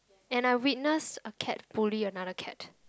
and I witness a cat bully another cat